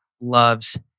loves